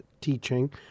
teaching